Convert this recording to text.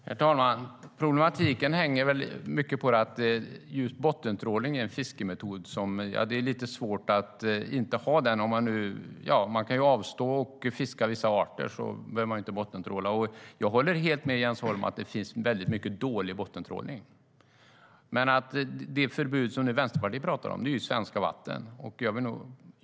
Herr talman! Problematiken hänger mycket på att just bottentrålning är en fiskemetod som det är lite svårt att vara utan. Man kan avstå från att fiska vissa arter; då behöver man inte bottentråla. Jag håller helt med Jens Holm om att det finns mycket dålig bottentrålning. Men det förbud som Vänsterpartiet nu talar om gäller svenska vatten.